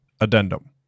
Addendum